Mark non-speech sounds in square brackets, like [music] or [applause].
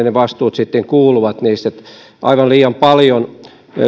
[unintelligible] ne vastuut sitten kuuluvat niissä aivan liian paljon